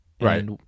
Right